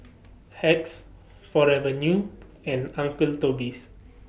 Hacks Forever New and Uncle Toby's